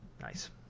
Nice